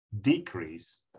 decrease